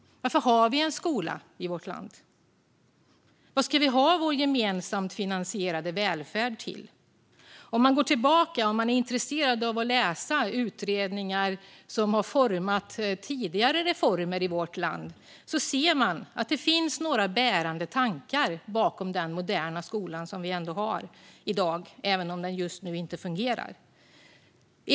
Varför har vi en skola i vårt land? Vad ska vi ha vår gemensamt finansierade välfärd till? Om man är intresserad och går tillbaka för att läsa utredningar som har format tidigare reformer i vårt land ser man att det finns några bärande tankar bakom den moderna skola som vi har i dag, även om den just nu inte fungerar.